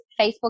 Facebook